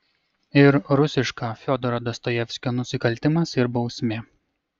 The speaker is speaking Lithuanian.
ir rusiška fiodoro dostojevskio nusikaltimas ir bausmė